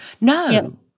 No